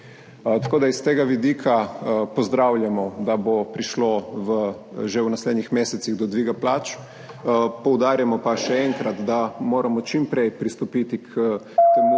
S tega vidika pozdravljamo, da bo prišlo že v naslednjih mesecih do dviga plač. Poudarjamo pa še enkrat, da moramo čim prej pristopiti k temu,